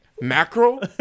mackerel